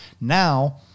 Now